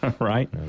Right